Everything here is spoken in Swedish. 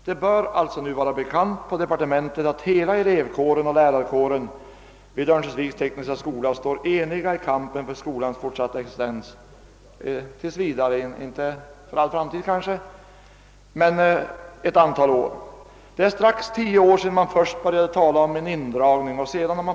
Det bör alltså nu vara bekant på departementet att hela elevkåren och lärarkåren vid Örnsköldsviks tekniska skola enigt sluter upp i kampen för skolans fortsatta existens — inte för all framtid kanske men under ett antal år. Det är snart tio år sedan man först började tala om indragning.